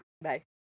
Bye